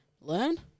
learn